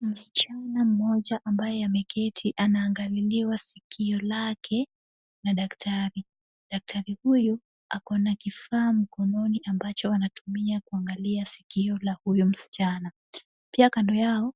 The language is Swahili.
Msichana mmoja ambaye ameketi anaangaliliwa sikio lake na daktari. Daktari huyu ako na kifaa mkononi ambacho anatumia kuangalia sikio la huyo msichana. Pia kando yao